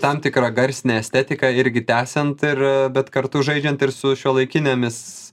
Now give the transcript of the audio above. tam tikrą garsinę estetiką irgi tęsiant ir bet kartu žaidžiant ir su šiuolaikinėmis